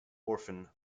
orphan